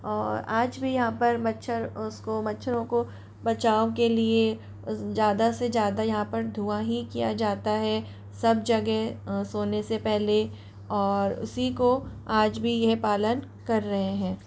और आज भी यहाँ पर मच्छर उसको मच्छरों को बचाव के लिए ज़्यादा से ज़्यादा यहाँ पर धुआं ही किया जाता है सब जगह सोने से पहले और उसी को आज भी यह पालन कर रहें हैं